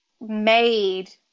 made